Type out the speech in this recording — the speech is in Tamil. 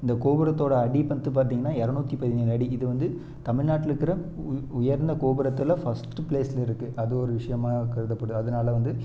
இந்த கோபுரத்தோட அடி மட்டும் பார்த்திங்கன்னா எரநூற்றி பதினேழு அடி இது வந்து தமிழ்நாட்டில் இருக்கிற உ உயர்ந்த கோபுரத்தில் ஃபர்ஸ்ட்டு பிளேஸில் இருக்கு அது ஒரு விஷயமாக கருதப்படுது அதனால வந்து